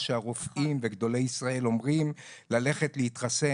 שהרופאים וגדולי ישראל אומרים וללכת להתחסן.